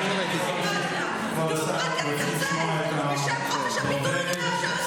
בשם חופש הביטוי שמאפשר לך לעשות כותרות, הכנסת.